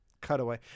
cutaway